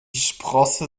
sprosse